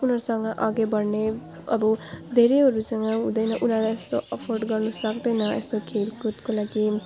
उनीहरूसँग अघि बढ्ने अब धेरैहरूसँग हुँदैन उनीहरू यस्तो अफोर्ड गर्नु सक्दैन यस्तो खलकुदको लागि